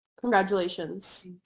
congratulations